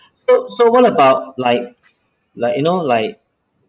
so so what about like like you know like